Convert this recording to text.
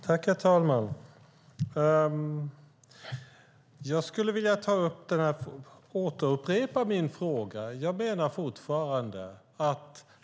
Herr talman! Jag skulle vilja upprepa min fråga.